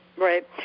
Right